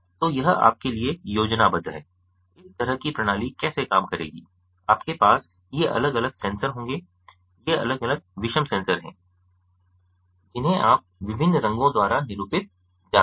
तो यह आपके लिए योजनाबद्ध है कि इस तरह की प्रणाली कैसे काम करेगी आपके पास ये अलग अलग सेंसर होंगे ये अलग अलग विषम सेंसर हैं जिन्हें आप विभिन्न रंगों द्वारा निरूपित जानते हैं